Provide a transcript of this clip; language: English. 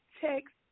text